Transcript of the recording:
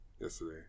yesterday